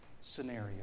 scenario